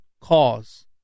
cause